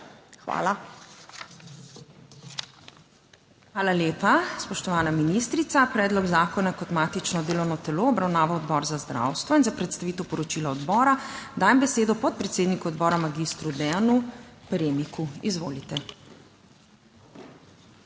Hvala lepa, spoštovana ministrica. Predlog zakona je kot matično delovno telo obravnaval Odbor za zdravstvo. Za predstavitev poročila odbora dajem besedo podpredsedniku odbora, magistru Deanu Premiku, izvolite.